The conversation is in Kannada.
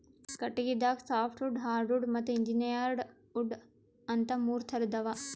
ಕಟಗಿದಾಗ ಸಾಫ್ಟವುಡ್ ಹಾರ್ಡವುಡ್ ಮತ್ತ್ ಇಂಜೀನಿಯರ್ಡ್ ವುಡ್ ಅಂತಾ ಮೂರ್ ಥರದ್ ಅವಾ